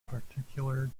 particular